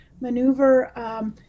maneuver